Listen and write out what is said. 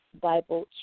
Bible